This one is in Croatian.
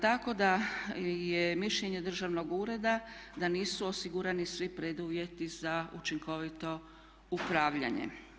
Tako da je mišljenje državnog ureda da nisu osigurani svi preduvjeti za učinkovito upravljanje.